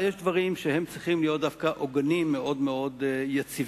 אני חושב שיש דברים שצריכים להיות דווקא עוגנים מאוד מאוד יציבים.